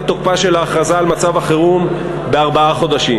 תוקפה של ההכרזה על מצב החירום בארבעה חודשים.